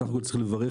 בסך הכול צריך לברך,